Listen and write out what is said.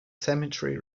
cemetery